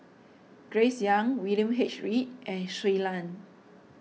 Grace Young William H Read and Shui Lan